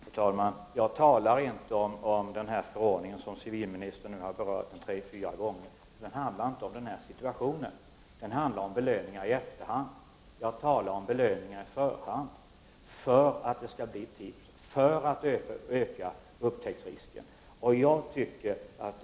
Fru talman! Jag talar inte om den förordning som civilministern nu har berört tre fyra gånger. Den förordningen handlar inte om denna situation utan om belöningar i efterhand. Det jag talar om är belöningar på förhand. Dessa behövs för att det skall komma in tips, för att öka möjligheten att upptäcka brottslingen.